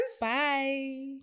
Bye